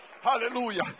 Hallelujah